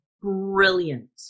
brilliant